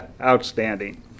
Outstanding